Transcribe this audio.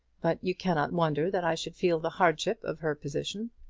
but you cannot wonder that i should feel the hardship of her position.